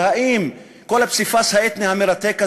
וכל הפסיפס האתני המרתק הזה,